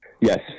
Yes